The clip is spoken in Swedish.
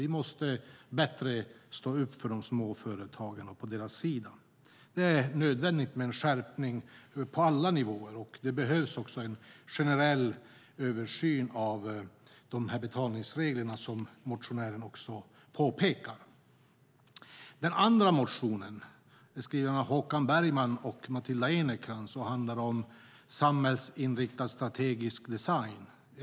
Vi måste ställa upp bättre för de små företagen och stå på deras sida. Det är nödvändigt med en skärpning på alla nivåer. Det behövs en generell översyn av de här betalningsreglerna, som motionären också påpekar. Den andra motionen är skriven av Håkan Bergman och Matilda Ernkrans och handlar om samhällsinriktad strategisk design.